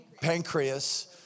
pancreas